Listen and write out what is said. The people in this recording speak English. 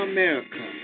America